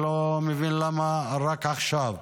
אני לא מבין למה רק עכשיו,